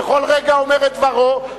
בכל רגע אומר את דברו,